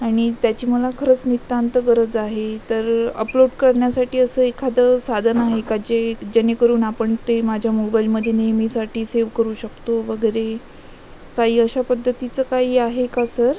आणि त्याची मला खरंच नितांत गरज आहे तर अपलोड करण्यासाठी असं एखादं साधन आहे का जे जेणेकरून आपण ते माझ्या मोबाईलमध्ये नेहमीसाठी सेव्ह करू शकतो वगैरे काही अशा पद्धतीचं काही आहे का सर